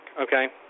okay